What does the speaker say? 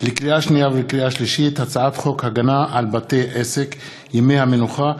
לקריאה שנייה ולקריאה שלישית: הצעת חוק הגנה על בתי עסק (ימי המנוחה),